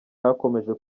hakomeje